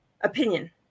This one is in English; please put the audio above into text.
opinion